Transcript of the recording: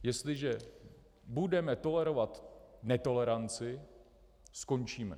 Jestliže budeme tolerovat netoleranci, skončíme.